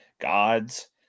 Gods